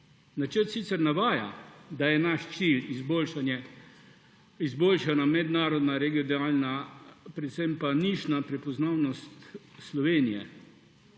Načrt sicer navaja, da je naš cilj izboljšana mednarodna, regionalna, predvsem pa nišna prepoznavnost Slovenije